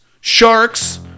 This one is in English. sharks